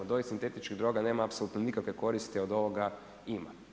Od ovih sintetičnih droga nema apsolutno nikakve koristi, a od ovoga ima.